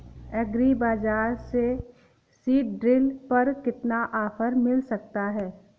Agree बाजार से seed drill पर कितना ऑफर मिल सकता है?